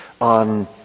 on